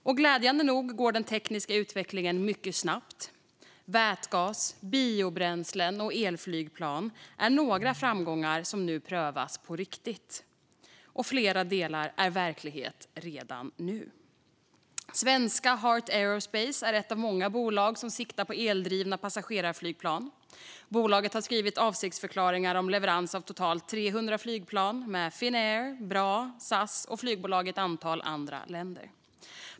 Och glädjande nog går den tekniska utvecklingen mycket snabbt. Vätgas, biobränslen och elflygplan är några framgångar som nu prövas på riktigt. Och flera delar är verklighet redan nu. Svenska Heart Aerospace är ett av många bolag som siktar på eldrivna passagerarflygplan. Bolaget har skrivit avsiktsförklaringar om leverans av totalt 300 flygplan med Finnair, Bra, SAS och flygbolag i ett antal andra länder.